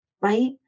Right